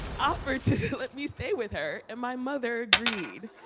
offered to let me stay with her and my mother agreed